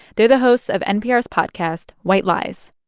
they're the hosts of npr's podcast white lies.